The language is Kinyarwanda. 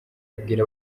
abwira